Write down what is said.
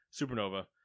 Supernova